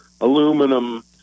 aluminum